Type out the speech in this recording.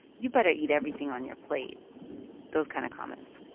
you better eat everything on your plate those kind of comments.